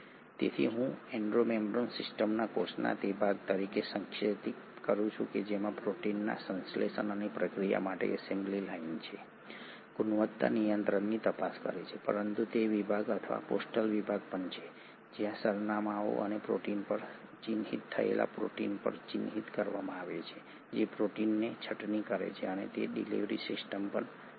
તેથી હું endomembrane સિસ્ટમને કોષના તે ભાગ તરીકે સંક્ષેપિત કરી શકું છું જેમાં પ્રોટીનના સંશ્લેષણ અને પ્રક્રિયા માટે એસેમ્બલી લાઇન છે ગુણવત્તા નિયંત્રણની તપાસ કરે છે પરંતુ તે વિભાગ અથવા પોસ્ટલ વિભાગ પણ છે જ્યાં સરનામાંઓ પ્રોટીન પર ચિહ્નિત થયેલ પ્રોટીન પર ચિહ્નિત કરવામાં આવે છે જે પ્રોટીનને છટણી કરે છે અને તે ડિલિવરી સિસ્ટમ પણ છે